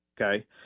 Okay